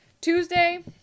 Tuesday